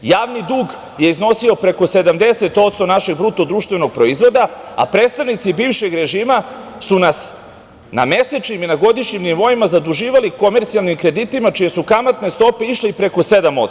Javni dug je iznosio preko 70% našeg BDP-a, a predstavnici bivšeg režima su nas na mesečnim i na godišnjim nivoima zaduživali komercijalnim kreditima čije su kamatne stope išle i preko 7%